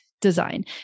Design